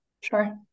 Sure